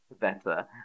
better